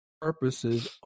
purposes